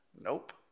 Nope